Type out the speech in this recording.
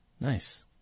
Nice